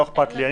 לא אכפת לי.